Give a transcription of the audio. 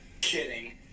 Kidding